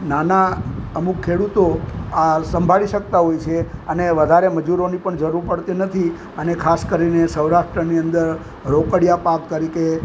નાના અમુક ખેડૂતો આ સંભાળી શકતા હોય છે અને વધારે મજૂરોની પણ જરૂર પણ પડતી નથી અને ખાસ કરીને સૌરાષ્ટ્રની અંદર રોકડીયા પાક તરીકે